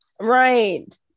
Right